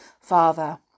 father